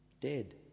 dead